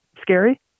scary